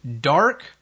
Dark